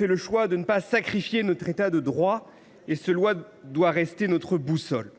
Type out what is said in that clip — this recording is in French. le choix de ne pas sacrifier notre État de droit. Cet impératif doit rester notre boussole.